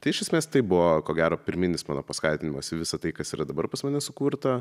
tai iš esmės tai buvo ko gero pirminis paskatinimas į visa tai kas yra dabar pas mane sukurta